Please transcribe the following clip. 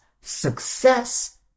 success